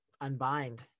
unbind